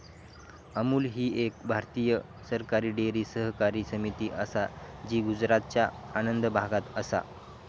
अमूल एक भारतीय सरकारी डेअरी सहकारी समिती असा जी गुजरातच्या आणंद भागात असा